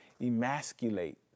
emasculate